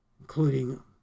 Including